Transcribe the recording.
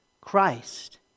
Christ